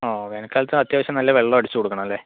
ഓ വേനൽ കാലത്ത് അത്യാവശ്യം നല്ല വെള്ളം അടിച്ച് കൊടുക്കണം അല്ലെ